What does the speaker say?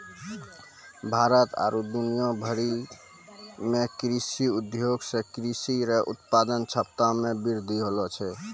भारत आरु दुनिया भरि मे कृषि उद्योग से कृषि रो उत्पादन क्षमता मे वृद्धि होलै